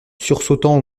sursautant